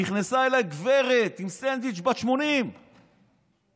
נכנסה אליי גברת בת 80 עם סנדוויץ'.